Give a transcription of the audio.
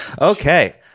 okay